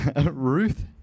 Ruth